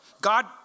God